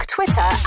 Twitter